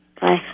Bye